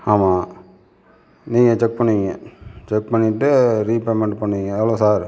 ஆமா நீங்கள் செக் பண்ணுவீங்க செக் பண்ணிட்டு ரீபேமெண்ட் பண்ணுவீங்க எவ்வளோ சார்